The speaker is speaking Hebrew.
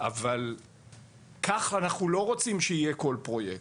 אבל כך אנחנו לא רוצים שיהיה כל פרויקט,